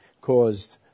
caused